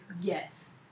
Yes